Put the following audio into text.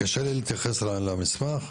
קשה לי להתייחס למסמך.